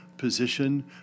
position